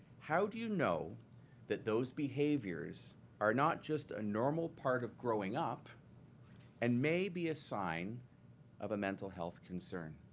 how do you know that those behaviours are not just a normal part of growing up and may be a sign of a mental health concern?